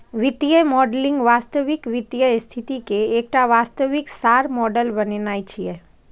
वित्तीय मॉडलिंग वास्तविक वित्तीय स्थिति के एकटा वास्तविक सार मॉडल बनेनाय छियै